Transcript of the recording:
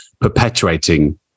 perpetuating